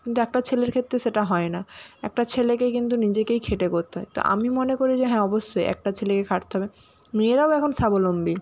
কিন্তু একটা ছেলের ক্ষেত্রে সেটা হয় না একটা ছেলেকে কিন্তু নিজেকেই খেটে করতে হয় তো আমি মনে করি যে হ্যাঁ অবশ্যই একটা ছেলেকে খাটতে হবে মেয়েরাও এখন স্বাবলম্বী